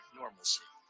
normalcy